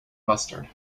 mustard